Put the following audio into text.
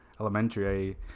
elementary